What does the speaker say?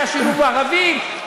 היה שילוב ערבים,